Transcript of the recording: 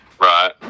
Right